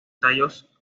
tallos